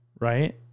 right